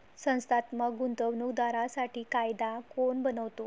संस्थात्मक गुंतवणूक दारांसाठी कायदा कोण बनवतो?